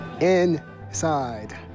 Inside